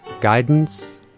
guidance